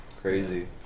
Crazy